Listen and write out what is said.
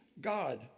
God